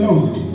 Lord